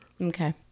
Okay